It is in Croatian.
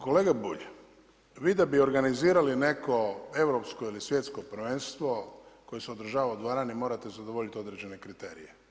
Kolega Bulj vi da bi organizirali neko europsko ili svjetsko prvenstvo koje se održava u dvorani, morate zadovoljiti određene kriterije.